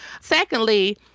Secondly